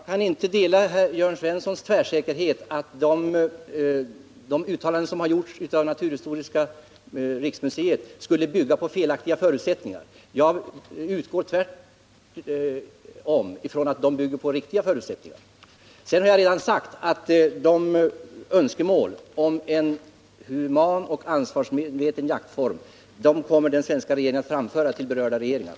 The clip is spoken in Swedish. Herr talman! Jag kan inte vara lika tvärsäker som Jörn Svensson på att naturhistoriska riksmuseets uttalanden bygger på felaktiga förutsättningar. Tvärtom utgår jag från att de bygger på riktiga förutsättningar. Vidare har jag redan sagt att den svenska regeringen till de berörda regeringarna kommer att framföra önskemålen om en human och ansvarsmedveten jaktform.